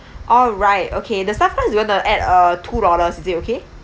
all right okay the stuffed crust we going to add err two dollars is it okay